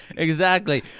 exactly.